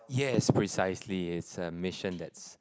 yes precisely it's a mission that's